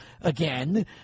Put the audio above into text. again